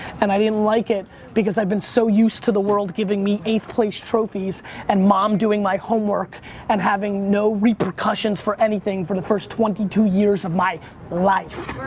and i didn't like it because i've been so used to the world giving me eighth place trophies and mom doing my homework and having no repercussions for anything for the first twenty two years of my life.